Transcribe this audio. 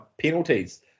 penalties